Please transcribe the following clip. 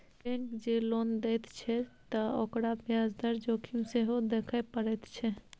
bank जँ loan दैत छै त ओकरा ब्याज दर जोखिम सेहो देखय पड़ैत छै